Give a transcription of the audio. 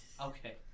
Okay